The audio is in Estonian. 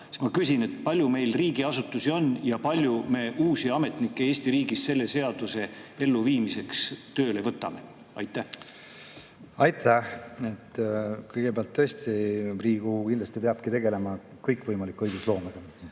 ma küsin, kui palju meil riigiasutusi on ja kui palju me uusi ametnikke Eesti riigis selle seaduse elluviimiseks tööle võtame. Aitäh! Kõigepealt, tõesti, Riigikogu kindlasti peab tegelema kõikvõimaliku õigusloomega,